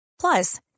Plus